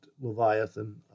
Leviathan